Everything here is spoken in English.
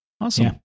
Awesome